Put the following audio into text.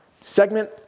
segment